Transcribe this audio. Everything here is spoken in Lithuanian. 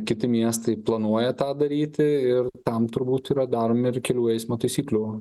kiti miestai planuoja tą daryti ir tam turbūt yra daromi ir kelių eismo taisyklių